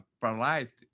paralyzed